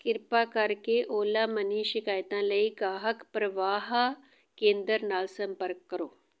ਕਿਰਪਾ ਕਰਕੇ Ola Money ਸ਼ਿਕਾਇਤਾਂ ਲਈ ਗਾਹਕ ਪਰਵਾਹ ਕੇਂਦਰ ਨਾਲ ਸੰਪਰਕ ਕਰੋ